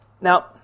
Now